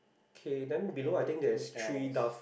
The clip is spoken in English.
okay then below I think there is three doves